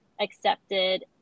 accepted